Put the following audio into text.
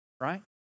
Right